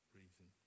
reason